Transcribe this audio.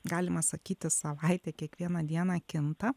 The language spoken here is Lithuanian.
galima sakyti savaitę kiekvieną dieną kinta